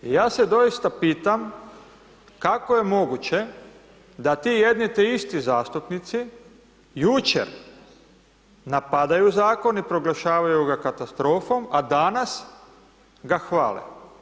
Ja se doista pitam, kako je moguće da ti jedni te isti zastupnici jučer, napadaju Zakon i proglašavaju ga katastrofom, a danas ga hvale.